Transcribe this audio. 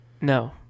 no